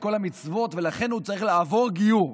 כל המצוות ולכן הוא צריך לעבור גיור,